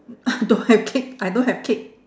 don't have cake I don't have cake